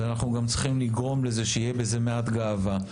אנחנו גם צריכים לגרום לכך שיהיה בזה מעט גאווה.